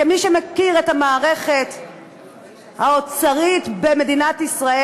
מי שמכיר את המערכת האוצרית במדינת ישראל